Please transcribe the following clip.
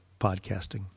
podcasting